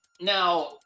Now